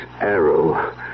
arrow